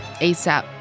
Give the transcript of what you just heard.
ASAP